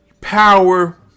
power